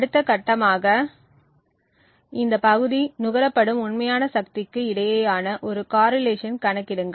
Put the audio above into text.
அடுத்த கட்டமாக இந்த பகுதி நுகரப்படும் உண்மையான சக்திக்கு இடையேயான ஒரு காரிலேஷன் கணக்கிடுங்கள்